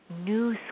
new